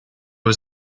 was